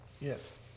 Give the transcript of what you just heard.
yes